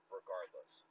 regardless